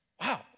Wow